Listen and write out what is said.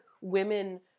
women